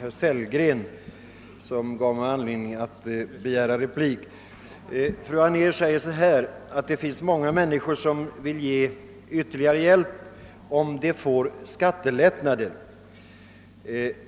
herr Sellgren som gav mig anledning att begära replik. Fru Anér säger att det finns många människor som vill lämna ytterligare hjälp, om de får skattelättnader.